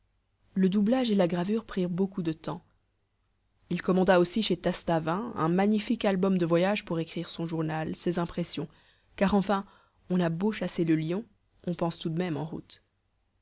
le doublage et la gravure prirent beaucoup de temps il commanda aussi chez tastavin un magnifique album de voyage pour écrire son journal ses impressions car enfin on a beau chasser le lion on pense tout de même en route